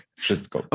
Wszystko